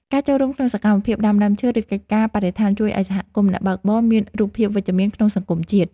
ការចូលរួមក្នុងសកម្មភាពដាំដើមឈើ ឬកិច្ចការបរិស្ថានជួយឱ្យសហគមន៍អ្នកបើកបរមានរូបភាពវិជ្ជមានក្នុងសង្គមជាតិ។